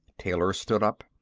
taylor stood up.